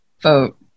vote